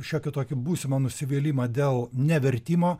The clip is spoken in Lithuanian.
šiokį tokį būsimą nusivylimą dėl nevertimo